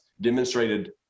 demonstrated